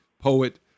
poet